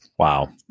Wow